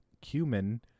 cumin